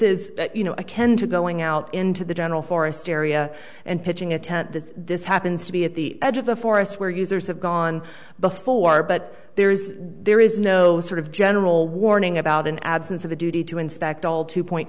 is you know a ken to going out into the general forest area and pitching a tent that this happens to be at the edge of the forest where users have gone before but there is there is no sort of general warning about an absence of a duty to inspect all two point